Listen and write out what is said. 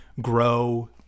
grow